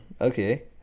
Okay